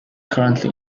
currently